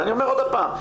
ואני אומר עוד פעם,